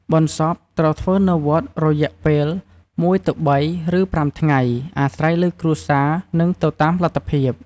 បុណ្យសពត្រូវធ្វើនៅវត្តរយៈពេល ១ - ៣ ឬ៥ថ្ងៃ អាស្រ័យលើគ្រួសារនិងទៅតាមលទ្ធភាព។